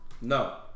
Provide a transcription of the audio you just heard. No